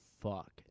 fuck